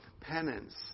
penance